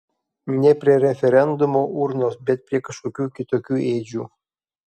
ne prie referendumo urnos bet prie kažkokių kitokių ėdžių